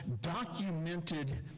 documented